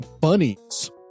bunnies